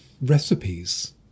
recipes